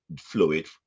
fluid